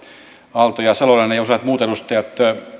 aalto ja salolainen ja useat muut edustajat